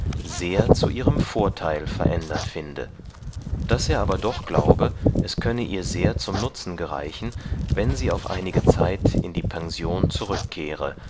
sehr zu ihrem vorteil verändert finde daß er aber doch glaube es könne ihr sehr zum nutzen gereichen wenn sie auf einige zeit in die pension zurückkehre